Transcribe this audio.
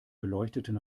beleuchteten